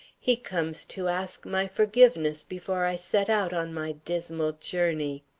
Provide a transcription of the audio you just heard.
he comes to ask my forgiveness before i set out on my dismal journey.